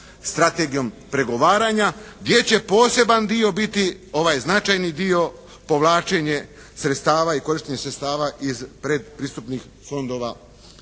strategijom pregovaranja. Gdje će poseban dio biti ovaj značajni dio povlačenje sredstava i korištenje sredstava iz predpristupnih fondova